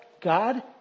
God